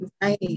right